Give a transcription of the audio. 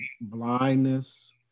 blindness